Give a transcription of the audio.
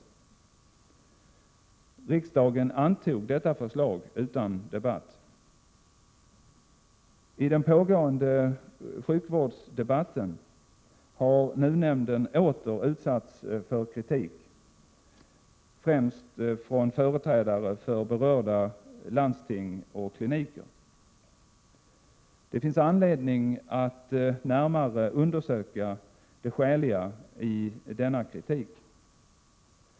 I den pågående sjukvårdsdebatten har NUU-nämnden åter utsatts för kritik, främst från företrädare för berörda landsting och kliniker. Det finns anledning att närmare undersöka det skäliga i denna kritik.